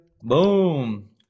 Boom